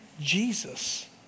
Jesus